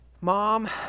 Mom